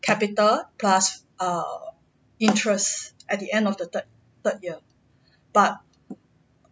capital plus err interest at the end of the third third year but